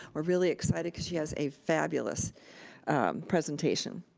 we're really excited, cuz she has a fabulous presentation.